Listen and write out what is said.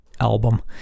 album